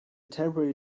temporary